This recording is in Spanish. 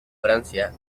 francia